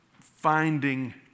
finding